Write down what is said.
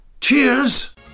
cheers